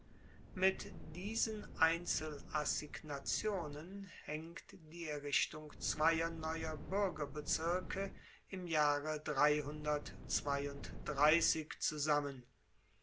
mit diesen einzelassignationen haengt die errichtung zweier neuer buergerbezirke im jahre zusammen